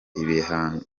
ibihano